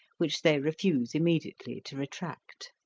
which they refuse immediately to retract.